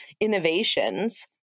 innovations